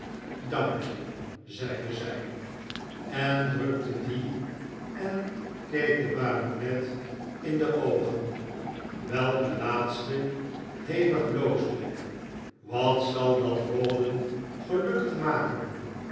dank je zeide zij en drukte die en keek den baronet in de oogen welke laatste hevig bloosde wat zal dat rawdon gelukkig maken